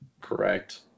Correct